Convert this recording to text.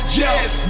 yes